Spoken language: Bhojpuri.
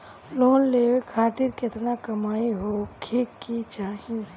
लोन लेवे खातिर केतना कमाई होखे के चाही?